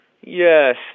Yes